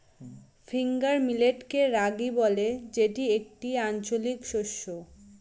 finger মিলেটকে রাগি বলে যেটি একটি আঞ্চলিক শস্য